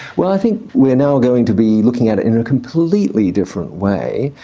well i think we're now going to be looking at it in a completely different way.